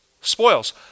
spoils